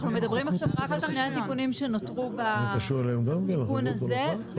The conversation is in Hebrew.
אנחנו מדברים עכשיו רק על שני התיקונים שנותרו בתיקון הזה.